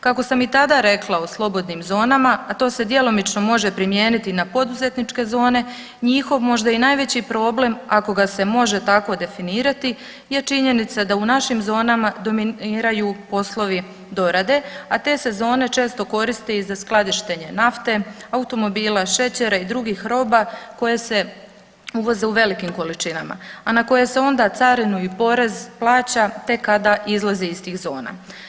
Kako sam i tada rekla o slobodnim zonama, a to se djelomično može primijeniti na poduzetničke zone njihov možda i najveći problem, ako ga se može tako definirati je činjenica da u našim zonama dominiraju poslovi dorade, a te se zone često koriste i za skladištenje nafte, automobila, šećera i drugih roba koje se uvoze u velikim količinama, a na koje se onda carinu i porez plaća tek kada izlaze iz tih zona.